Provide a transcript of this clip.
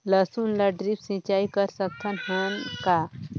लसुन ल ड्रिप सिंचाई कर सकत हन का?